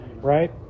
right